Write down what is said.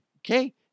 okay